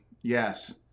yes